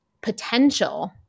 Potential